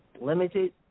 Limited